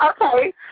Okay